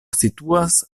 situas